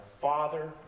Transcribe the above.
father